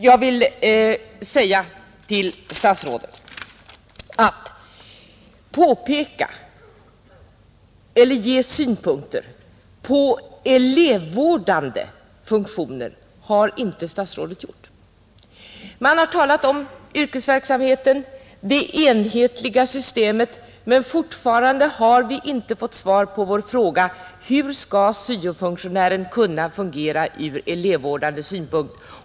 Statsrådet har inte pekat på eller anlagt synpunkter på elevvårdande funktioner. Man har talat om yrkesverksamheten och det enhetliga systemet, men fortfarande har vi inte fått svar på vår fråga: Hur skall syo-funktionären kunna fungera ur elevvårdande synpunkt?